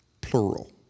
plural